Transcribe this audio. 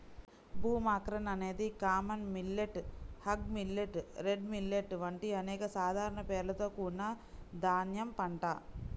broomcorn అనేది common millet, hog millet, red millet వంటి అనేక సాధారణ పేర్లతో కూడిన ధాన్యం పంట